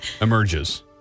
emerges